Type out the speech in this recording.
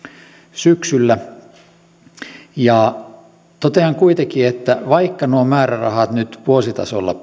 syksyllä totean kuitenkin että vaikka nuo määrärahat nyt vuositasolla